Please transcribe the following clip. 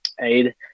aid